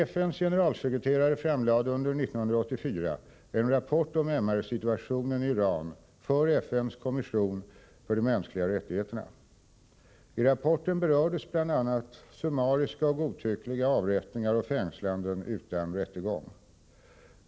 FN:s generalsekreteterare framlade under 1984 en rapport om MR situationen i Iran för FN:s kommission för de mänskliga rättigheterna. I rapporten berördes bl.a. summariska och godtyckliga avrättningar och fängslanden utan rättegång.